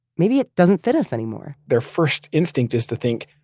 maybe it doesn't fit us anymore their first instinct is to think,